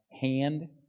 hand